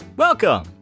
Welcome